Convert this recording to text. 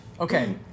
Okay